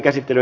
asia